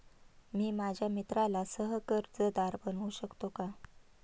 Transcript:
मी माझ्या मित्राला सह कर्जदार बनवू शकतो का?